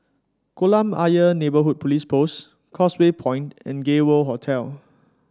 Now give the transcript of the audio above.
Kolam Ayer Neighbourhood Police Post Causeway Point and Gay World Hotel